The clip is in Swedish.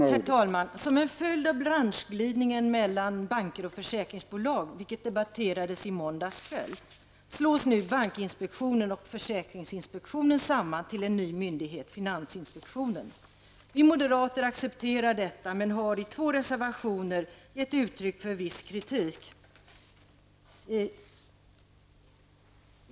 Herr talman! Som en följd av den branschglidning mellan banker och försäkringsbolag, som debatterades i måndags kväll, slås nu bankinspektionen och försäkringsinspektionen samman till en ny myndighet, finansinspektionen. Vi moderater accepterar detta men har i två reservationer gett uttryck för en viss kritik.